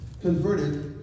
converted